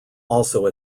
also